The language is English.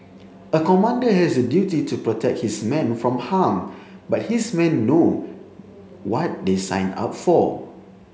a commander has a duty to protect his men from harm but his men know what they signed up for